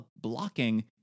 blocking